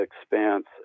expanse